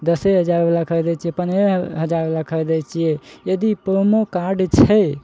दसे हजारवला खरिदइ छियै पन्द्रहे हजारवला खरिदइ छियै यदि प्रोमो कार्ड छै